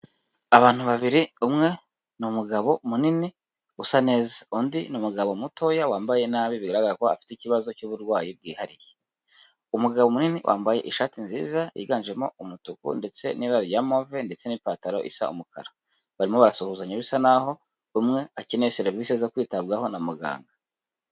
Abantu babiri, umwe ni umugabo munini usa neza, undi ni umugabo mutoya wambaye nabi biragaragara ko afite ikibazo cy'uburwayi bwihariye. Umugabo munini wambaye ishati nziza yiganjemo umutuku ndetse n'ibara rya move ndetse n'ipataro isa umukara. Barimo barasuhuzanya bisa naho umwe akeneye serivisi zo kwitabwaho na muganga.